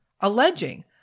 alleging